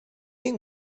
این